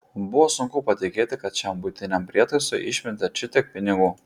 buvo sunku patikėti kad šiam buitiniam prietaisui išmetė šitiek pinigų